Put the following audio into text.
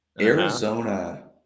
Arizona